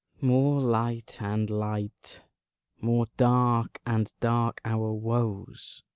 more light and light more dark and dark our woes!